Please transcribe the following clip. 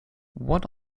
what